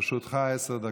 אדוני, לרשותך עשר דקות.